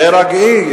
תירגעי.